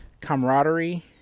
camaraderie